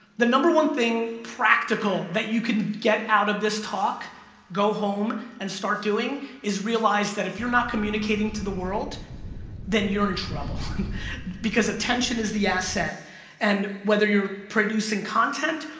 the number one thing practical that you can get out of this talk go home and start doing is realize that if you're not communicating to the world then you're in trouble because attention is the asset and whether you're producing content,